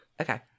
Okay